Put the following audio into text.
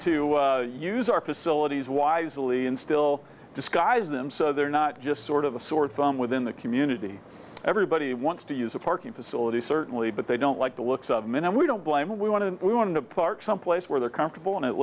to use our facilities wisely and still disguise them so they're not just sort of a sore thumb within the community everybody wants to use the parking facilities certainly but they don't like the looks of minim we don't blame we want to we want to park someplace where they're comfortable and it